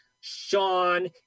Sean